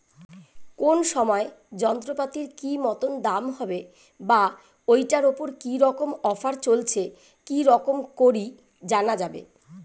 কোন সময় যন্ত্রপাতির কি মতন দাম হবে বা ঐটার উপর কি রকম অফার চলছে কি রকম করি জানা যাবে?